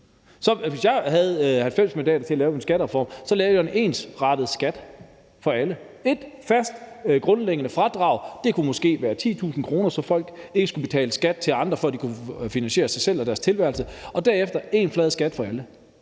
Hvis jeg havde 90 mandater til at lave en skattereform, lavede jeg en ensrettet skat for alle, et fast grundlæggende fradrag – det kunne måske være på 10.000 kr. – så folk ikke skulle betale skat til andre, for at de kunne finansiere sig selv og deres tilværelse. Og derefter skulle der være